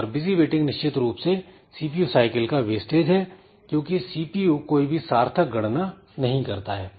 और busy waiting निश्चित रूप से सीपीयू साइकिल का वेस्टेज है क्योंकि सीपीयू कोई भी सार्थक गणना नहीं करता है